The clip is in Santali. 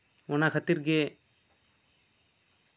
ᱚᱱᱟ ᱠᱷᱟᱹᱛᱤᱨ ᱜᱮ